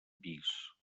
pis